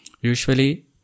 Usually